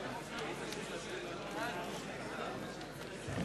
חוק העסקת עובדים על-ידי קבלני כוח-אדם (תיקון מס'